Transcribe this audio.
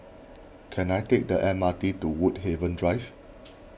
can I take the M R T to Woodhaven Drive